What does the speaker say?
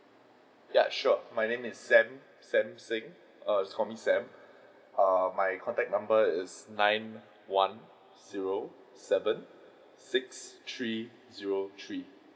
ya sure my name is sam sam seng err just call me sam err my contact number is nine one zero seven six three zero three